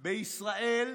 בישראל,